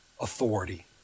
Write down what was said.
authority